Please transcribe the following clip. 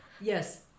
Yes